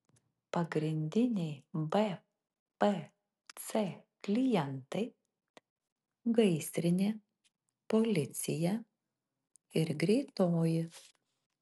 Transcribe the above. pagrindiniai bpc klientai gaisrinė policija ir greitoji